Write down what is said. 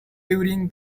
during